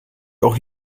auch